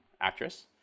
actress